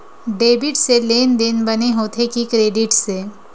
Debit से लेनदेन बने होथे कि क्रेडिट से?